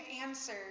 answer